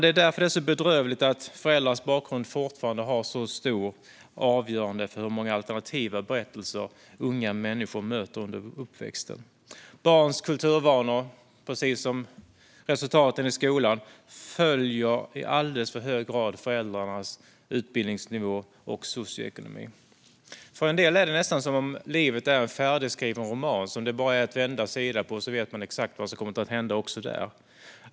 Det är därför det är så bedrövligt att föräldrars bakgrund fortfarande är avgörande för hur många alternativa berättelser unga människor möter under uppväxten. Barns kulturvanor, precis som resultaten i skolan, följer i alldeles för hög grad föräldrarnas utbildningsnivå och socioekonomi. För en del är det nästan som att livet är en färdigskriven roman som det bara är att vända sida i och så vet man exakt vad som kommer att hända.